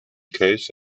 case